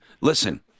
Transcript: Listen